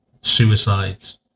suicides